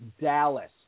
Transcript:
Dallas